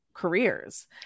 careers